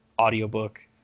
audiobook